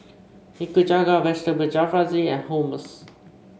Nikujaga Vegetable Jalfrezi and Hummus